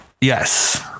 yes